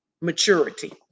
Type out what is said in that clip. maturity